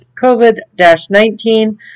COVID-19